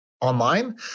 online